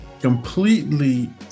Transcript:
completely